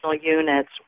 units